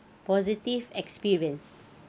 positive experience